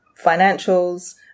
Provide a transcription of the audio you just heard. financials